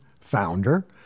founder